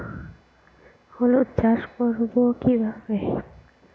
হলুদ চাষ করব কিভাবে?